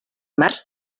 març